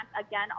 again